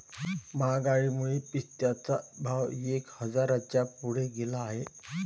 महागाईमुळे पिस्त्याचा भाव एक हजाराच्या पुढे गेला आहे